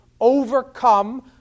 overcome